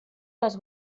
les